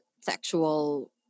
sexual